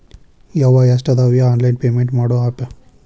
ಯವ್ವಾ ಎಷ್ಟಾದವೇ online payment ಮಾಡೋ ಆಪ್